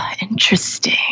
interesting